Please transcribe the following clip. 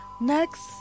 Next